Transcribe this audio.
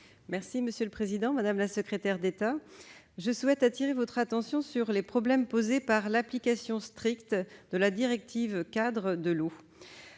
écologique et solidaire. Madame la secrétaire d'État, je souhaite attirer votre attention sur les problèmes posés par l'application stricte de la directive-cadre sur l'eau,